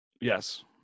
Yes